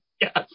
Yes